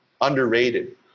underrated